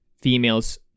females